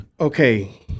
Okay